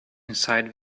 inside